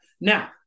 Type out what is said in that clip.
Now